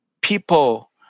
people